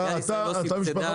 גל,